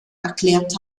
erklärt